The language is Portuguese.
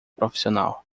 profissional